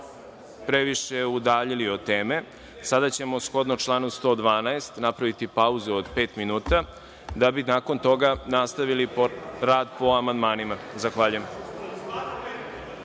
previše udaljili od teme, sada ćemo shodno članu 112. napraviti pauzu od pet minuta, da bi nakon toga nastavili rad po amandmanima. Zahvaljujem.(Posle